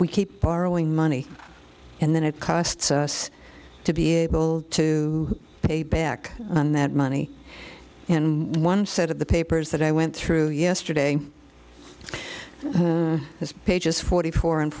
we keep borrowing money and then it costs us to be able to pay back on that money and one set of the papers that i went through yesterday has paid just forty four and